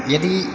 यदि